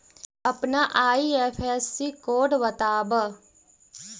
अपना IFSC code बतावअ